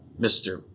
Mr